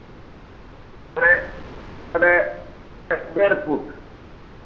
ᱵᱚᱞᱮ ᱮᱠ ᱰᱮᱲ ᱯᱷᱩᱴ